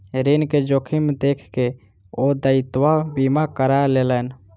ऋण के जोखिम देख के ओ दायित्व बीमा करा लेलैन